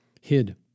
hid